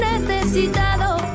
necesitado